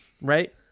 Right